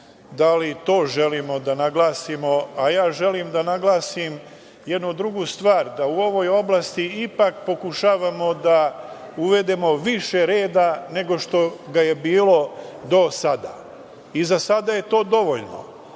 da li to želimo da naglasimo, a ja želim da naglasim jednu drugu stvar da u ovoj oblasti ipak pokušavamo da uvedemo više reda nego što ga je bilo do sada. Za sada je to dovoljno,